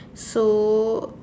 so